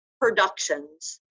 productions